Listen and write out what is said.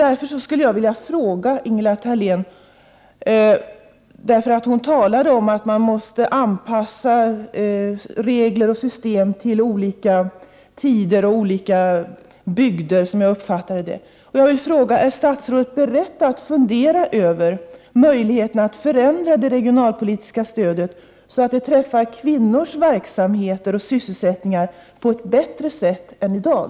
Därför skulle jag vilja fråga Ingela Thalén — hon talade ju om att man måste anpassa regler och system till olika tider och olika bygder: Är statsrådet beredd att fundera över möjligheten att förändra det regionalpolitiska stödet så att det träffar kvinnors verksamheter och sysselsättningar på ett bättre sätt än i dag?